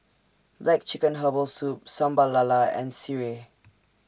Black Chicken Herbal Soup Sambal Lala and Sireh